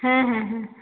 হ্যাঁ হ্যাঁ হ্যাঁ